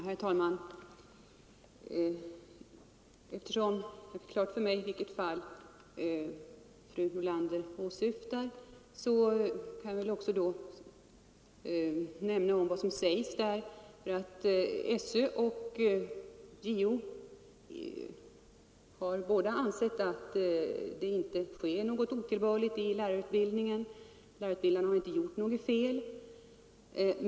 Herr talman! Eftersom det är klart för mig vilket fall fru Nordlander åsyftar, kan jag nämna vad som anförts. SÖ och JO har båda ansett att det inte har skett något otillbörligt i lärarutbildningen och att lärarutbildarna inte har gjort något fel.